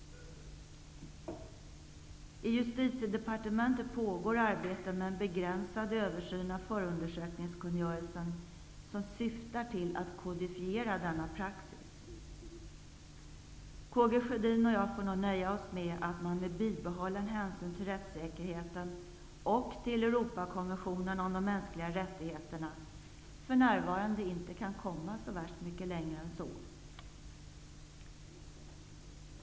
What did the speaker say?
I Justitiedepartementet pågår arbete med en begränsad översyn av förundersökningskungörelsen som syftar till att kodifiera denna praxis. Karl Gustaf Sjödin och jag får nog nöja oss med att man, med bibehållen hänsyn till rättssäkerheten och till Europakonventionen om de mänskliga rättigheterna, för närvarande inte kan komma mycket längre än så.